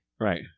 right